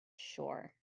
shore